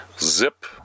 zip